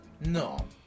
No